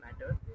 matter